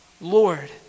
Lord